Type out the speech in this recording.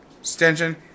extension